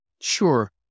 Sure